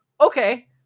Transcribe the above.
okay